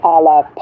Allah